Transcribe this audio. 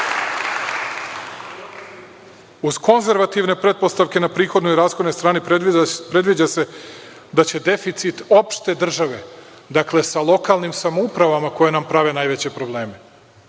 konzervativne pretpostavke na prihodnoj i rashodnoj strani predviđa se da će deficit opšte države, dakle, sa lokalnim samoupravama koje nam prave najveće probleme,